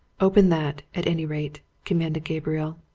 open that, at any rate, commanded gabriel.